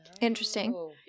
Interesting